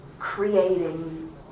creating